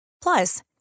Plus